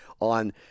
on